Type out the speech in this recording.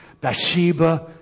Bathsheba